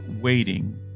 waiting